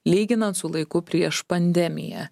lyginant su laiku prieš pandemiją